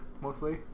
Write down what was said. Mostly